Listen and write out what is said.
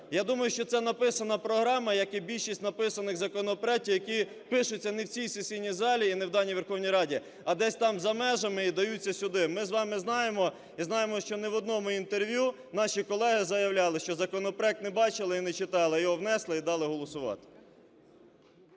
Я думаю, що це написана програма, як і більшість написаних законопроектів, які пишуться не в цій сесійній залі і не в даній Верховній Раді, а десь там за межами і даються сюди. Ми з вами знаємо і знаємо, що не в одному інтерв'ю наші колеги заявляли, що законопроект не бачили і не читали, його внесли і дали голосувати.